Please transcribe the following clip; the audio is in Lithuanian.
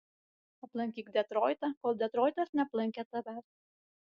aplankyk detroitą kol detroitas neaplankė tavęs